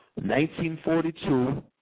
1942